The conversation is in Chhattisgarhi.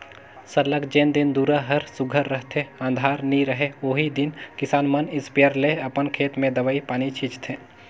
सरलग जेन दिन दुरा हर सुग्घर रहथे अंधार नी रहें ओही दिन किसान मन इस्पेयर ले अपन खेत में दवई पानी छींचथें